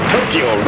Tokyo